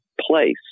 place